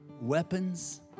weapons